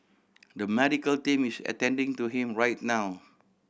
the medical team is attending to him right now